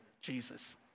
Jesus